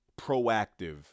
proactive